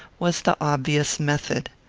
was the obvious method.